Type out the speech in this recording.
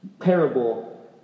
parable